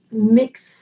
mix